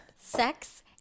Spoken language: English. sex